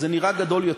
אז זה נראה גדול יותר.